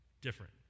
different